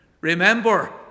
remember